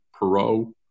Perot